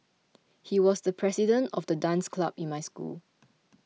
he was the president of the dance club in my school